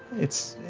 it's